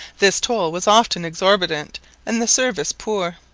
this toll was often exorbitant and the service poor.